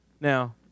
Now